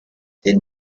then